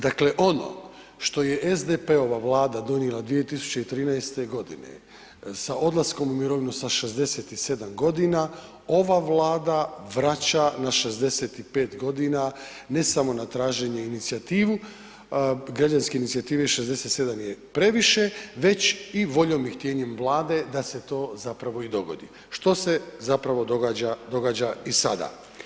Dakle ono što je SDP-ova Vlada donijela 2013. g. sa odlaskom u mirovinu sa 67 g., ova Vlada vraća na 65 g. ne samo na traženje inicijative, građanska inicijativa „67 je previše“ već i voljom i htjenjem Vlade da se to zapravo i dogodi što se zapravo događa i sada.